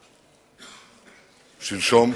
שלשום.